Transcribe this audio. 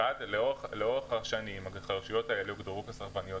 לאורך השנים הרשויות המדוברות הוגדרו כסרבניות